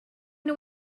nhw